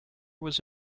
was